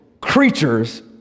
creatures